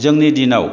जोंनि दिनाव